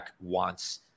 wants